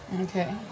Okay